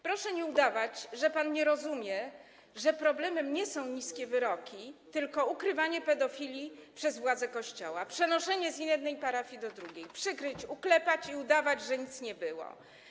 Proszę nie udawać, że pan nie rozumie, że problemem są nie niskie wyroki, tylko ukrywanie pedofilów przez władze Kościoła, przenoszenie z jednej parafii do drugiej, przykryć - uklepać i udawać, że nic nie było.